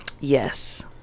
Yes